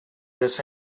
this